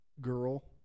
girl